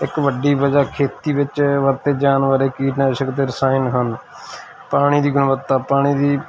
ਇੱਕ ਵੱਡੀ ਵਜ੍ਹਾ ਖੇਤੀ ਵਿੱਚ ਵਰਤੇ ਜਾਣ ਵਾਲੇ ਕੀਟਨਾਸ਼ਕ ਅਤੇ ਰਸਾਇਣ ਹਨ ਪਾਣੀ ਦੀ ਗੁਣਵੱਤਾ ਪਾਣੀ ਦੀ